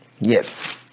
Yes